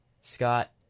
Scott